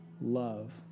Love